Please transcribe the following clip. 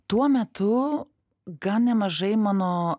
tuo metu gan nemažai mano